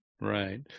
Right